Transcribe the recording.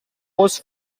was